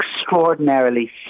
extraordinarily